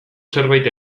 zerbait